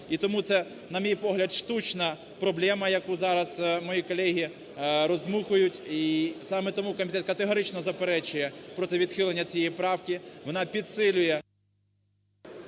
І тому це, на мій погляд, штучна проблема, яку зараз мої колеги роздмухують. І саме тому комітет категорично заперечує проти відхилення цієї правки, вона підсилює…